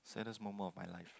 saddest moment of my life